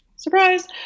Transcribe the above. Surprise